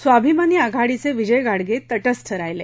स्वाभिमानी आघाडीचे विजय घाडगे तटर्स्थ राहिले